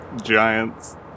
Giants